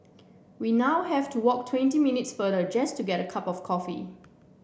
we now have to walk twenty minutes farther just to get a cup of coffee